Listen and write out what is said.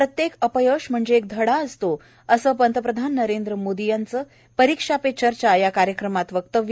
प्रत्येक अपयश म्हणजे एक धडा असतो असं पंतप्रधान नरेंद्र मोदी यांचं परीक्षा पे चर्चा कार्यक्रमात वक्तव्य